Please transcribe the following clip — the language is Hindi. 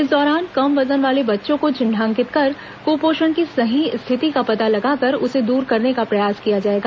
इस दौरान कम वजन वाले बच्चों को चिन्हांकित कर क्पोषण की सही स्थिति का पता लगाकर उसे दूर करने का प्रयास किया जाएगा